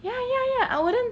ya ya ya I wouldn't